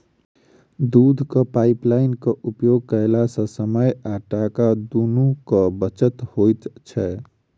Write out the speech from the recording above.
दूधक पाइपलाइनक उपयोग कयला सॅ समय आ टाका दुनूक बचत होइत छै